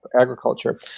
Agriculture